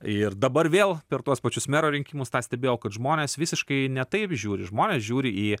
ir dabar vėl per tuos pačius mero rinkimus tą stebėjau kad žmonės visiškai ne taip žiūri žmonės žiūri į